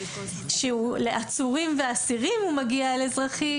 האלקטרוני שהוא לעצורים ואסירים הוא מגיע על אזרחי,